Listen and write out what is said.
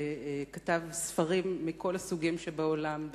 וכתב ספרים מכל הסוגים שבעולם,